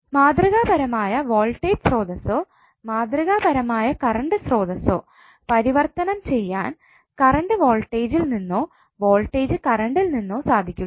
മാതൃകാപരമായ വോൾട്ടേജ് സ്രോതസ്സോ മാതൃകാപരമായ കറണ്ട് സ്രോതസ്സോ പരിവർത്തനം ചെയ്യാൻ കറണ്ട് വോൾട്ടേജിൽ നിന്നോ വോൾടേജ് കറണ്ടിൽ നിന്നോ സാധിക്കുകയില്ല